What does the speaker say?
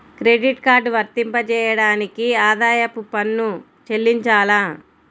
Credit card వర్తింపజేయడానికి ఆదాయపు పన్ను చెల్లించాలా?